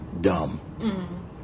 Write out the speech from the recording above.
dumb